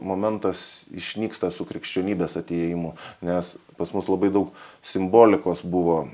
momentas išnyksta su krikščionybės atėjimu nes pas mus labai daug simbolikos buvo